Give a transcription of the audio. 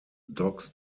dogs